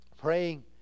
praying